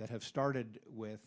that have started with